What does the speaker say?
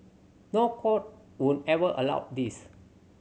no court would ever allow this